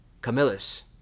Camillus